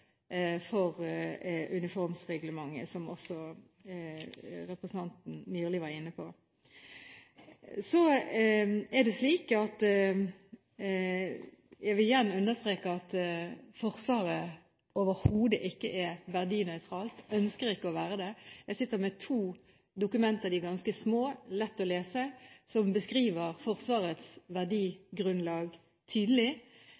for uniformsreglementet – som også representanten Myrli var inne på. Jeg vil igjen understreke at Forsvaret overhodet ikke er verdinøytralt, og det ønsker ikke å være det. Jeg sitter med to dokumenter som er ganske små og lette å lese, og som beskriver Forsvarets